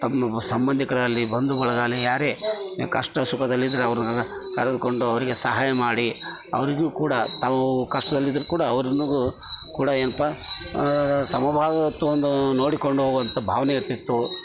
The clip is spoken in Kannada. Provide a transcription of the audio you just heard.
ತಮ್ಮ ಸಂಬಂಧಿಕರಲ್ಲಿ ಬಂಧುಗಳಲ್ಲಿ ಯಾರೆ ಕಷ್ಟ ಸುಖದಲ್ಲಿದ್ದರೆ ಅವರು ಕರೆದುಕೊಂಡು ಅವರಿಗೆ ಸಹಾಯ ಮಾಡಿ ಅವರಿಗು ಕೂಡ ತಾವು ಕಷ್ಟದಲ್ಲಿದ್ದರು ಕೂಡ ಅವರನ್ನು ಕೂಡ ಏನಪ್ಪ ಸಮಭಾವತ್ವವನ್ನು ನೋಡಿಕೊಂಡು ಹೋಗುವಂತ ಭಾವನೆ ಇರುತ್ತಿತ್ತು